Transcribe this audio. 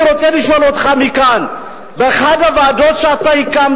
אני רוצה לשאול אותך מכאן: באחת הוועדות שהקמת,